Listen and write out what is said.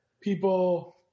people